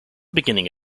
beginning